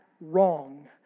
wrong